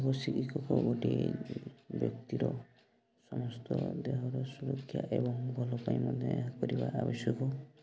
ଆଗ ଶିକ୍ଷକ ଗୋଟିଏ ବ୍ୟକ୍ତିର ସମସ୍ତ ଦେହର ସୁରକ୍ଷା ଏବଂ ଭଲ ପାଇଁ ମଧ୍ୟ ଏହା କରିବା ଆବଶ୍ୟକ